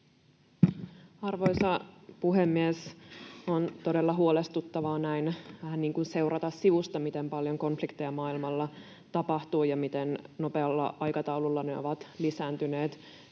Arvoisa puhemies! On todella huolestuttavaa näin niin kuin seurata sivusta, miten paljon konflikteja maailmalla tapahtuu ja miten nopealla aikataululla ne ovat lisääntyneet.